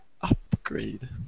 upgrade